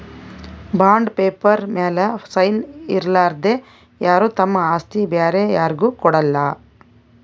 bond paper ಮ್ಯಾಲ್ sign ಇರಲಾರ್ದೆ ಯಾರು ತಮ್ ಆಸ್ತಿ ಬ್ಯಾರೆ ಯಾರ್ಗು ಕೊಡಲ್ಲ